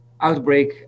outbreak